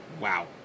wow